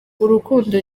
urukundo